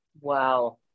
Wow